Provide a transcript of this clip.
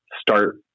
Start